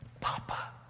Papa